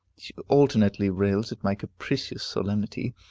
she alternately rails at my capricious solemnity,